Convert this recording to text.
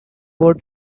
would